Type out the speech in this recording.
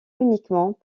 uniquement